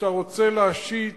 שאתה רוצה להשית